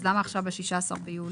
אז למה עכשיו ב-16 ביולי?